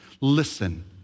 listen